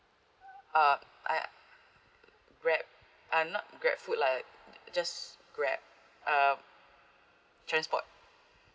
uh I Grab uh not Grabfood lah just Grab um transport